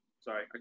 Sorry